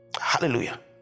hallelujah